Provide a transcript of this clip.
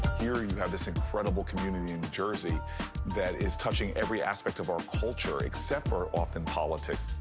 here, you have this incredible community in new jersey that is touching every aspect of our culture, except for often politics.